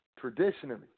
Traditionally